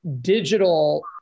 digital